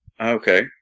Okay